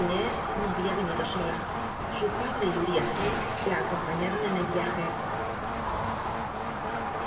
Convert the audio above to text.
inés no babia venido ola su padre y uriab heep la acompañaton en el iajc